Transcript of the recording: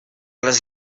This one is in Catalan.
les